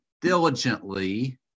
diligently